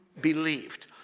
believed